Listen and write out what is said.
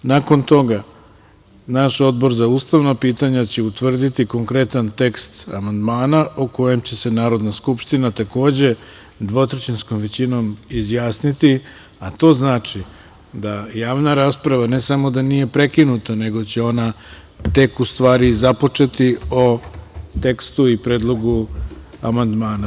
Nakon toga naš Odbor za ustavna pitanja će utvrditi konkretan tekst amandmana o kojem će se Narodna skupština takođe dvotrećinskom većinom izjasniti, a to znači da javna rasprava ne samo da nije prekinuta nego će ona tek u stvari započeti o tekstu i predlogu amandmana.